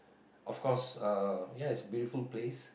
of course uh yeah it's a beautiful place